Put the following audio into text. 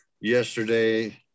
yesterday